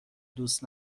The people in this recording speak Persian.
دوست